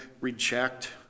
reject